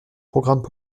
programmes